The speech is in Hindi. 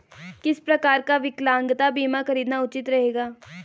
किस प्रकार का विकलांगता बीमा खरीदना उचित रहेगा?